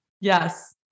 Yes